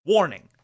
Warning